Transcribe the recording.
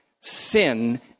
sin